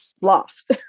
lost